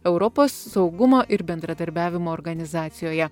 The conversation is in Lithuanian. europos saugumo ir bendradarbiavimo organizacijoje